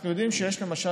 אנחנו יודעים, למשל